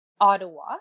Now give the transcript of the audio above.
Ottawa